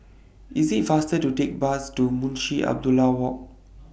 IS IT faster to Take Bus to Munshi Abdullah Walk